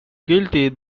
guilty